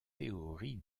théorie